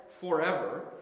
forever